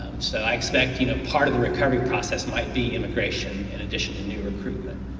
so i expect, you know part of the recovery process might be immigration in addition to new recruitment,